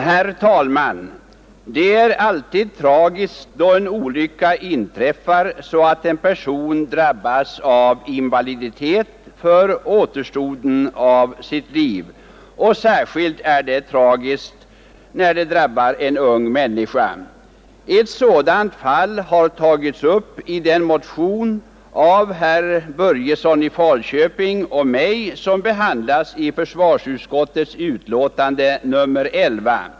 Herr talman! Det är alltid tragiskt då en olycka inträffar, varvid en person drabbas av invaliditet för återstoden av sitt liv. Särskilt tragiskt är det när det drabbar en ung människa. Ett sådant fall har tagits upp i den motion av herr Börjesson i Falköping och mig själv som behandlas i försvarsutskottets betänkande nr 11.